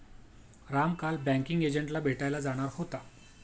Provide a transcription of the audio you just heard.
राम काल बँकिंग एजंटला भेटायला जाणार होता